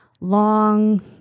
long